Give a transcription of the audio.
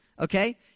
Okay